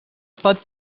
pot